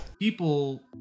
People